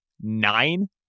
nine